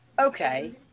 Okay